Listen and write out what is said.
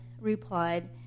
replied